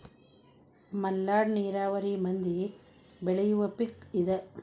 ಮಲ್ನಾಡ ನೇರಾವರಿ ಮಂದಿ ಬೆಳಿಯುವ ಪಿಕ್ ಇದ